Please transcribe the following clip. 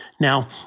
Now